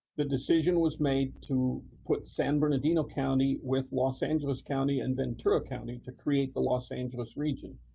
the decision was made to put san bernardino county with los angeles county and ventura county to create the los angeles region.